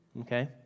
okay